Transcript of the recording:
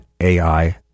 AI